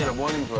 and one,